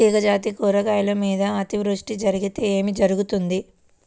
తీగజాతి కూరగాయల మీద అతివృష్టి జరిగితే ఏమి జరుగుతుంది?